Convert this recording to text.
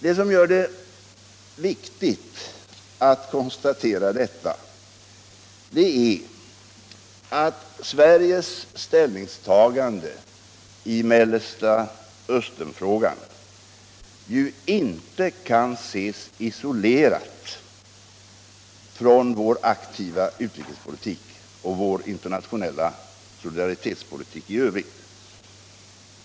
Det som gör det viktigt att konstatera detta är att Sveriges ställningstagande i Mellanösternfrågan ju inte kan ses isolerat från vår aktiva utrikespolitik och vår internationella solidaritetspolitik i övrigt.